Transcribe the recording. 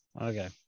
okay